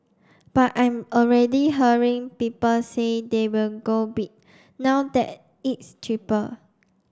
but I'm already hearing people say they will go bid now that it's cheaper